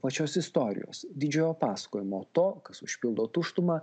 pačios istorijos didžiojo pasakojimo to kas užpildo tuštumą